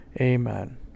amen